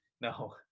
no